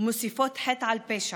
ומוסיפים חטא על פשע.